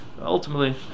Ultimately